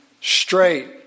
straight